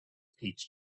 peach